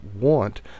want